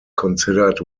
considered